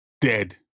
dead